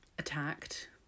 attacked